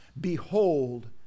Behold